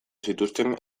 zituzten